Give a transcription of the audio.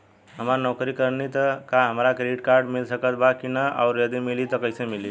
हम नौकरी करेनी त का हमरा क्रेडिट कार्ड मिल सकत बा की न और यदि मिली त कैसे मिली?